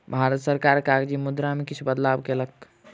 भारत सरकार कागजी मुद्रा में किछ बदलाव कयलक